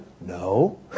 no